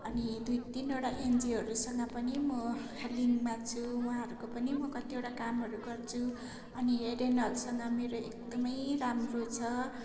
अनि दुई तिनवटा एनजिओहरूसँग पनि म लिङ्कमा छु उहाँहरूको पनि म कतिवटा कामहरू गर्छु अनि हेडेन हलसँग मेरो एकदमै राम्रो छ